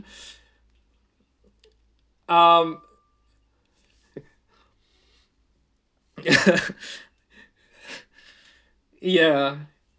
um ya